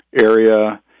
area